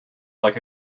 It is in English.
like